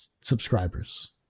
subscribers